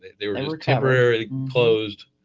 they were and were temporarily closed,